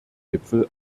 gipfel